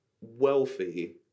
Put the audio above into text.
wealthy